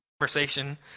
conversation